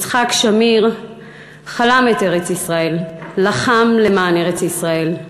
יצחק שמיר חלם את ארץ-ישראל, לחם למען ארץ-ישראל,